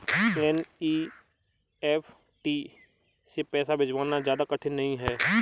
NEFT से पैसे भिजवाना ज्यादा कठिन नहीं है